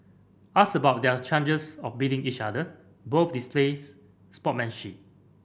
asked about their chances of beating each other both displayed sportsmanship